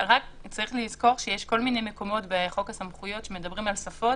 צריך לזכור שיש כל מיני מקומות בחוק הסמכויות שמדברים על שפות,